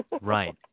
right